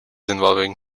involving